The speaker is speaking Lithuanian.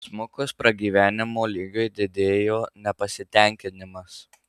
smukus pragyvenimo lygiui didėjo nepasitenkinimas